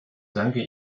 danke